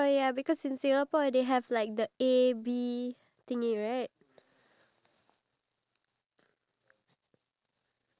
ya with you the one you recommend me right that one is more nicer than the one at bagus or kopitiam